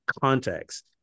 context